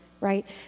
right